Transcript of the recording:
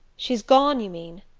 she's gone, you mean?